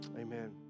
Amen